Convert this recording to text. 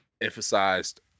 emphasized